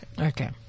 Okay